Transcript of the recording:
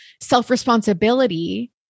self-responsibility